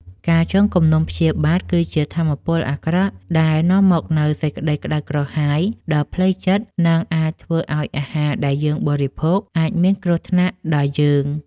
ការចងគំនុំព្យាបាទគឺជាថាមពលអាក្រក់ដែលនាំមកនូវសេចក្តីក្តៅក្រហាយដល់ផ្លូវចិត្ត និង អាចធ្វើឱ្យអាហារដែលយើងបរិភោគ អាចមានគ្រោះថ្នាក់ដល់យើង។